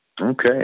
okay